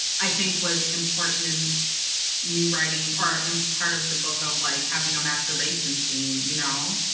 i think was important in me writing or in part of the book of like having a masturbation scene, you know,